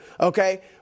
okay